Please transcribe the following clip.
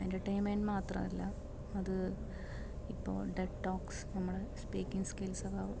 entertainment മാത്രമല്ല അത് ഇപ്പോൾ ഡെഡ് ടോക്സ് നമ്മൾ സ്പീക്കിങ്ങ് സ്കിൽസൊക്കെ